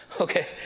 Okay